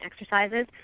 exercises